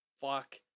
Fuck